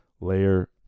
layer